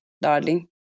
darling